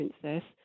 princess